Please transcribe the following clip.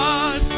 God